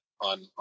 on